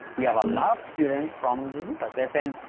we have a lot of students from the us they've been,